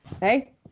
hey